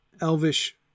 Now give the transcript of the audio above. Elvish